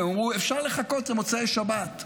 הם אמרו: אפשר לחכות למוצאי שבת.